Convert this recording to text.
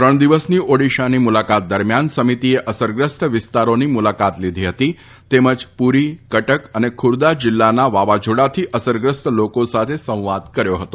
ત્રણ દિવસની ઓડિશાની મુલાકાત દરમિયાન સમિતિએ અસરગ્રસ્ત વિસ્તારોની મુલાકાત લીધી હતી તેમજ પૂરી કટક અને ખુરદા જિલ્લાના વાવાઝોડાથી અસરગ્રસ્ત લોકો સાથે સંવાદ કર્યો હતો